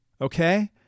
Okay